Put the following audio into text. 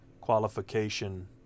qualification